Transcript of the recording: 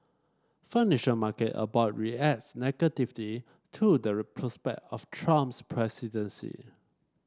financial market abroad reacts negativity to the prospect of Trump's presidency